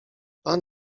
pan